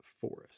forest